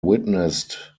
witnessed